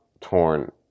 torn